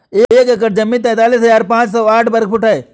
एक एकड़ जमीन तैंतालीस हजार पांच सौ साठ वर्ग फुट है